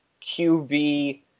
QB